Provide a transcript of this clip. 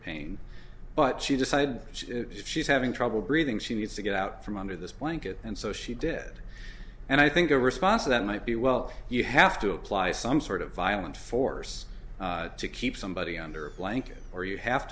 pain but she decided she she's having trouble breathing she needs to get out from under this blanket and so she did and i think a response to that might be well you have to apply some sort of violent force to keep somebody under a blanket or you have